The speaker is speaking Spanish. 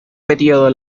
período